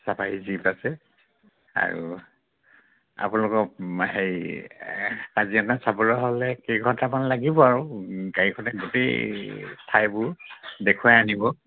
safari jeep আছে আৰু আপোনালোকক হেৰি কাজিৰঙা চাবলৈ হ'লে কেইঘণ্টামান লাগিব আৰু গাড়ীখনে গোটেই ঠাইবোৰ দেখুৱাই আনিব